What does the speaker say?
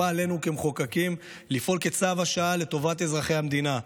וחובה עלינו כמחוקקים לפעול כצו השעה לטובת אזרחי המדינה.